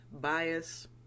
bias